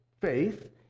faith